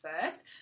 first